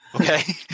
Okay